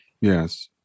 Yes